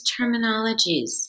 terminologies